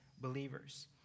believers